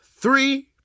Three